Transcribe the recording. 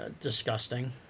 disgusting